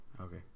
Okay